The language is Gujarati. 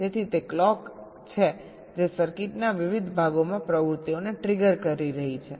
તેથી તે ક્લોક છે જે સર્કિટના વિવિધ ભાગોમાં પ્રવૃત્તિઓને ટ્રિગર કરી રહી છે